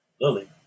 Lily